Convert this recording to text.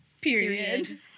Period